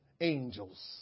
angels